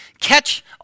catch